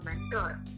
mentor